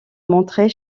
montrer